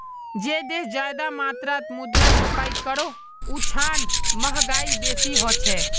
जे देश ज्यादा मात्रात मुद्रा छपाई करोह उछां महगाई बेसी होछे